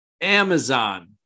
amazon